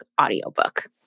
audiobook